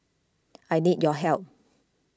I need your help